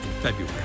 February